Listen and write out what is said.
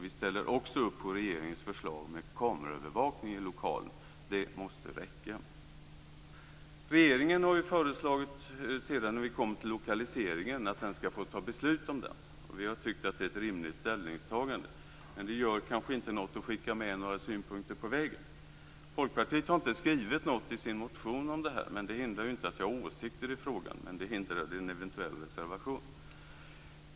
Vi ställer också upp på regeringens förslag om kameraövervakning i lokalen. Det måste räcka. Regeringen har föreslagit att den skall få fatta beslut om lokaliseringen. Vi har tyckt att det är ett rimligt ställningstagande, men det gör kanske inget att skicka med några synpunkter på vägen. Folkpartiet har inte skrivit något i sin motion om detta, men det hindrar inte att jag har åsikter i frågan, däremot hindrade det en eventuell reservation.